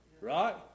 right